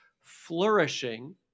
flourishing